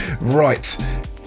right